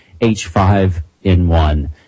H5N1